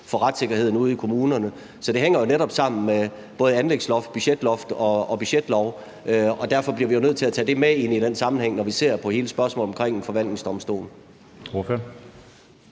for retssikkerheden ude i kommunerne, så det hænger jo netop sammen med både anlægsloft, budgetloft og budgetlov, og derfor bliver vi nødt til at tage det med ind i den sammenhæng, når vi ser på hele spørgsmålet omkring en forvaltningsdomstol.